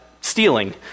stealing